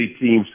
teams